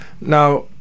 Now